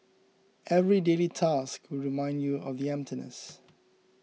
every daily task will remind you of the emptiness